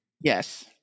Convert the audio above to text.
Yes